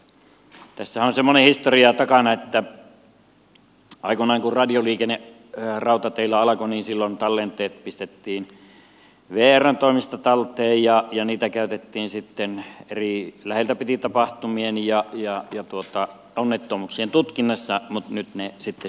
tässähän on semmoinen historia takana että aikoinaan kun radioliikenne rautateillä alkoi tallenteet pistettiin vrn toimesta talteen ja niitä käytettiin sitten eri läheltä piti tapahtumien ja onnettomuuksien tutkinnassa mutta nyt ne sitten siirretään liikennevirastolle tai ovat jo siellä